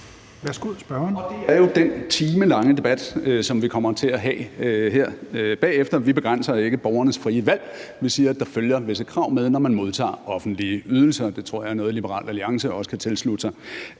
Det er jo den timelange debat, som vi kommer til at have her bagefter. Vi begrænser ikke borgernes frie valg. Vi siger, at der følger visse krav med, når man modtager offentlige ydelser. Det tror jeg er noget, Liberal Alliance også kan tilslutte sig.